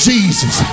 Jesus